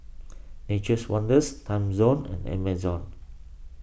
Nature's Wonders Timezone and Amazon